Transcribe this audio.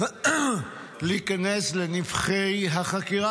להיכנס לנבכי החקירה,